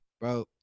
bro